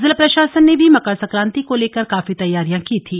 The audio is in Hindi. जिला प्रशासन ने भी मकर संक्रांति को लेकर काफी तैयारियां की थी